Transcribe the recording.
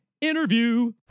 interview